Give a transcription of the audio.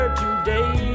today